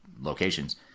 locations